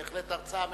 בהחלט הרצאה מאלפת,